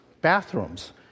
bathrooms